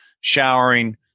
showering